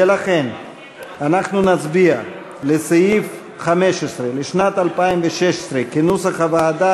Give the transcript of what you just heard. ולכן אנחנו נצביע על סעיף 15 לשנת 2016 כנוסח הוועדה,